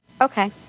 Okay